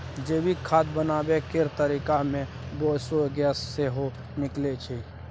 जैविक खाद बनाबै केर तरीका मे बायोगैस सेहो निकलै छै